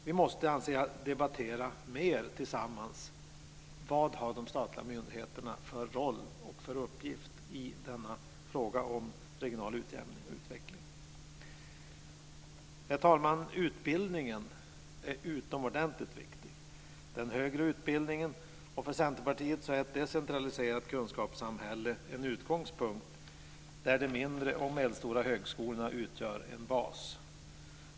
Jag anser att vi tillsammans mera måste debattera vad de statliga myndigheterna har för roll och för uppgift när det gäller regional utjämning och utveckling. Herr talman! Den högre utbildningen är utomordentligt viktig. För Centerpartiet är ett decentraliserat kunskapssamhälle en utgångspunkt där de mindre och medelstora högskolorna utgör en bas.